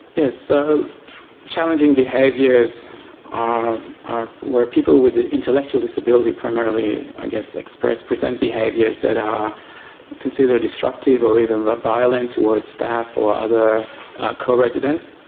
yes. so challenging behaviours ah are where people with an intellectual disability primarily, i guess, express present behaviours that are considered disruptive or even violent towards staff or other co-residents.